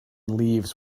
leaves